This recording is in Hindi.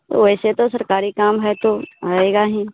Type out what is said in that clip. वैसे तो सरकारी काम है तो आएगी ही